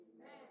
Amen